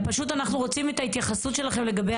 פשוט אנחנו רוצים את ההתייחסות שלכם לגבי